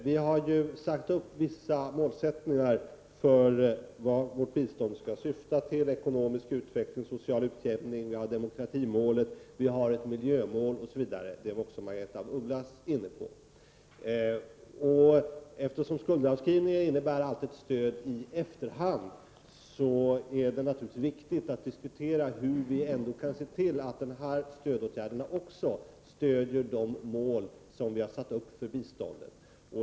Vi har ju satt upp vissa mål för vårt bistånd: ekonomisk utveckling, social utjämning, demokratimålet, miljömålet osv. Det sist nämnda var också Margaretha af Ugglas inne på. Eftersom skuldavskrivningen alltid innebär ett stöd i efterhand är det viktigt att diskutera hur vi kan se till att även dessa åtgärder bidrar till uppnåendet av de mål vi har satt upp för biståndet.